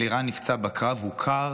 אלירן נפצע בקרב, הוכר